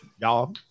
y'all